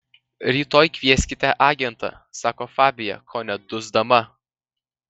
rytoj kvieskite agentą sako fabija kone dusdama